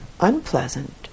unpleasant